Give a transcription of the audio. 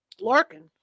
Larkin